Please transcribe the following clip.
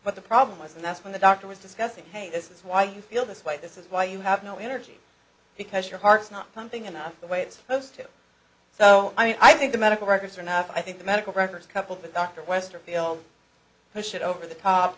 what the problem was and that's when the doctor was discussing hey this is why you feel this way this is why you have no energy because your heart's not pumping enough the way it's supposed to so i think the medical records are not i think the medical records coupled with dr westerfield push it over the top